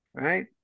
Right